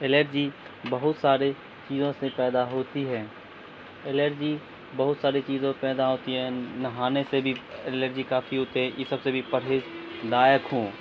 allergy بہت سارے چیزوں سے پیدا ہوتی ہے الرجی بہت ساری چیزوں پیدا ہوتی ہے نہانے سے بھی الرجی کافی ہوتی ہے یہ سب سے بھی پرہیز لائق ہوں